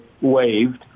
waived